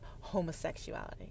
homosexuality